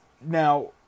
Now